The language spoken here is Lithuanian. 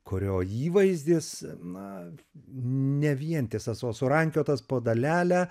kurio įvaizdis na ne vientisas o surankiotos po dalelę